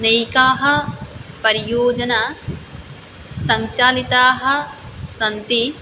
अनेकाः परियोजना सञ्चालिताः सन्ति